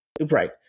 Right